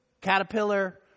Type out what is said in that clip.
Caterpillar